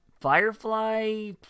Firefly